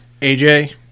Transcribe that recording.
AJ